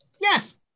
Yes